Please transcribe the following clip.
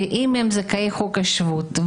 ואם הם זכאי חוק השבות,